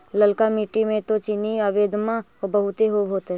ललका मिट्टी मे तो चिनिआबेदमां बहुते होब होतय?